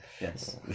Yes